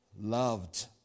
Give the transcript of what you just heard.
loved